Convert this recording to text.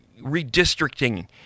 redistricting